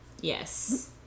Yes